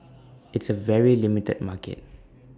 it's A very limited market